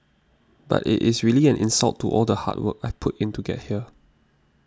but it is really an insult to all the hard work I've put in to get here